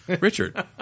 Richard